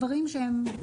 דברים שהם,